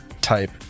type